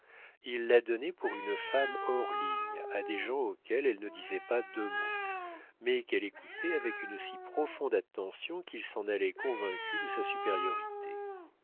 il la donnait pour une femme hors ligne à des gens auxquels elle ne disait pas deux mots mais qu'elle écoutait avec une si profonde attention qu'ils s'en allaient convaincus de sa supériorité